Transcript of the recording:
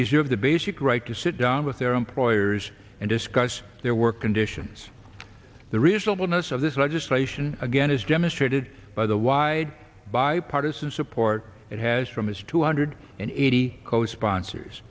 have the basic right to sit down with their employers and discuss their work conditions the reasonableness of this legislation again is demonstrated by the wide bipartisan support it has from his two hundred and eighty co sponsors